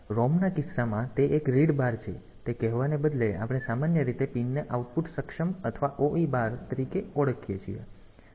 તેથી ROM ના કિસ્સામાં તે એક રીડ બાર છે તે કહેવાને બદલે આપણે સામાન્ય રીતે પિનને આઉટપુટ સક્ષમ અથવા OE બાર તરીકે ઓળખીએ છીએ